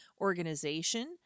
organization